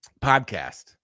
podcast